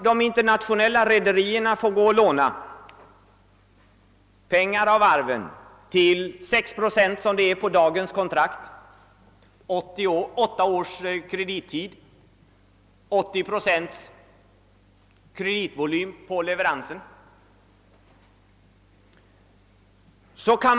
De internationella rederierna får låna pengar av varven till 6 procent enligt dagens kontrakt, kredittiden är åtta år, och man medger 80 procents kreditvolym vid leveransen.